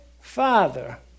Father